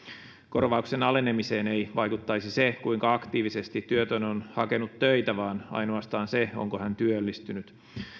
korvauksen alenemiseen ei vaikuttaisi se kuinka aktiivisesti työtön on hakenut töitä vaan ainoastaan se onko hän työllistynyt